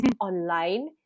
online